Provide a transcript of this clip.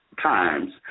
times